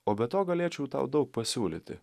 o be to galėčiau tau daug pasiūlyti